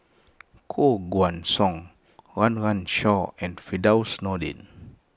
Koh Guan Song Run Run Shaw and Firdaus Nordin